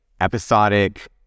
episodic